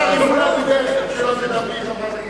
איך אפשר, אם מולה דיבר, שלא תדברי, חברת הכנסת